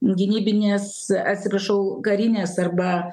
gynybinės atsiprašau karinės arba